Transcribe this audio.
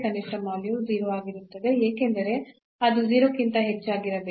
ಕನಿಷ್ಠ ಮೌಲ್ಯವು 0 ಆಗಿರುತ್ತದೆ ಏಕೆಂದರೆ ಅದು 0 ಕ್ಕಿಂತ ಹೆಚ್ಚಾಗಿರಬೇಕು